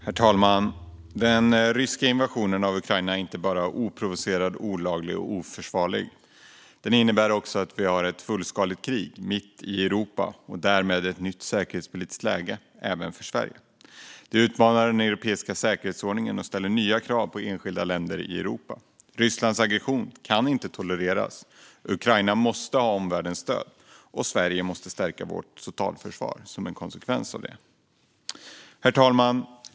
Herr talman! Den ryska invasionen av Ukraina är inte bara oprovocerad, olaglig och oförsvarlig, utan den innebär också att vi har ett fullskaligt krig mitt i Europa och därmed ett nytt säkerhetspolitiskt läge även för Sverige. Det utmanar den europeiska säkerhetsordningen och ställer nya krav på enskilda länder i Europa. Rysslands aggression kan inte tolereras. Ukraina måste ha omvärldens stöd. Sverige måste som en konsekvens av det stärka sitt totalförsvar. Herr talman!